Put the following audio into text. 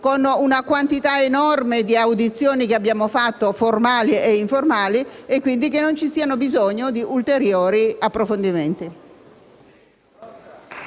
con una quantità enorme di audizioni che abbiamo svolto, formali e informali, e che quindi non ci sia bisogno di ulteriori approfondimenti.